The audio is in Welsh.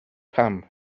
pam